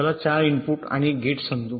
चला 4 इनपुट आणि गेट समजू